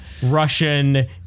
Russian